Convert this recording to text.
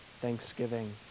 thanksgiving